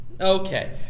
okay